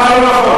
למה לא?